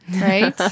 right